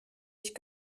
ich